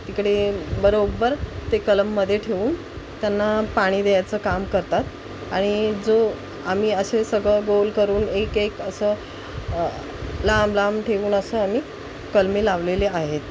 तिकडे बरोबर ते कलममधे ठेऊन त्यांना पाणी द्यायचं काम करतात आणि जो आम्ही असे सगळं गोल करून एक एक असं लांब लांब ठेवून असं आम्ही कलमे लावलेले आहेत